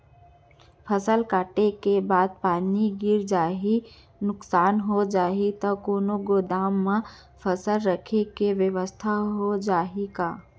फसल कटे के बाद पानी गिर जाही, नुकसान हो जाही त कोनो गोदाम म फसल रखे के बेवस्था हो जाही का?